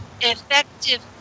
effective